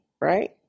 right